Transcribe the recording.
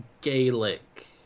Gaelic